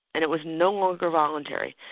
and it was no longer voluntary.